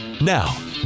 Now